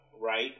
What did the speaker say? right